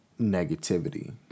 negativity